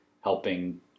helping